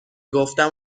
گفتم